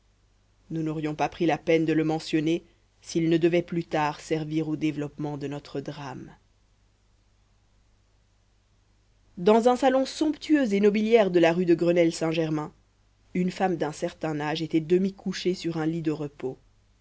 nous n'aurions pas pris la peine de le mentionner s'il ne devait plus tard servir au développement de notre drame dans un salon somptueux et nobiliaire de la rue de grenelle saintgermain une femme d'un certain âge